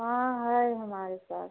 हाँ है हमारे पास